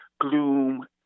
gloom